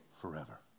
forever